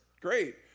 great